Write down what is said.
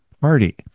party